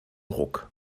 ruck